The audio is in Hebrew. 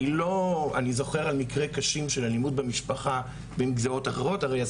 אני זוכר מקרים קשים של אלימות במשפחה בין גזרות אחרות,